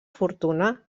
fortuna